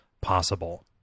possible